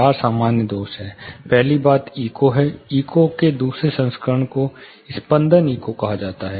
चार सामान्य दोष हैं पहली बात इको है इको के दूसरे संस्करण को स्पंदन इको कहा जाता है